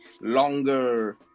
longer